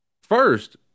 First